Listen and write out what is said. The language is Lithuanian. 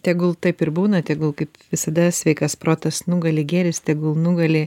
tegul taip ir būna tegul kaip visada sveikas protas nugali gėris tegul nugali